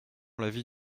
l’avis